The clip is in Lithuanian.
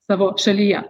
savo šalyje